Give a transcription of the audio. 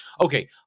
Okay